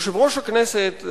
יושב-ראש הכנסת,